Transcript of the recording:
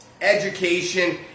education